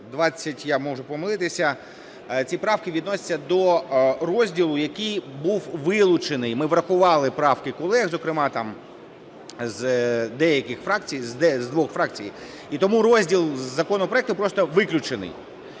520-у, я можу помилитися, ці правки відносяться до розділу, який був вилучений. Ми врахували правки колег, зокрема з деяких фракцій, з двох фракцій, і тому розділ законопроекту просто виключений.